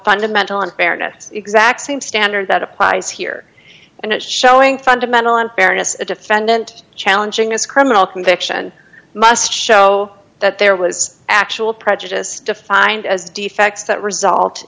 fundamental unfairness exact same standard that applies here and it's showing fundamental unfairness a defendant challenging this criminal conviction must show that there was actual prejudice defined as defects that result